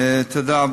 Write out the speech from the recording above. תודה.